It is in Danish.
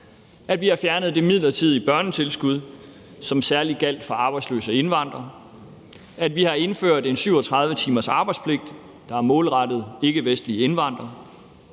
Vi har fjernet det midlertidige børnetilskud, som særlig gjaldt for arbejdsløse indvandrere. Vi har indført en 37-timersarbejdspligt, der er målrettet ikkevestlige indvandrere.